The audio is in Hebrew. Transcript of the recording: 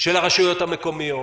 של הרשויות המקומיות,